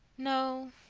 no.